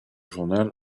journal